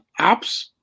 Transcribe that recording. apps